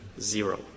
Zero